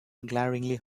glaringly